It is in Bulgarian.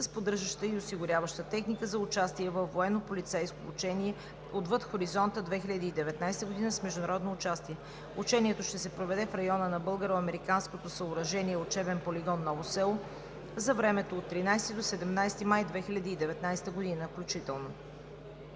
с поддържаща и осигуряваща техника за участие във военно-полицейско учение „Отвъд хоризонта 2019 г.“ с международно участие. Учението ще се проведе в района на българо-американското съоръжение Учебен полигон „Ново Село“ за времето от 13 до 17 май 2019 г. включително.